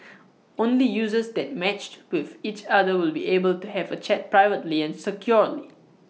only users that matched with each other will be able to have A chat privately and securely